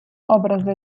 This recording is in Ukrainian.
образи